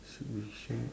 should be shawn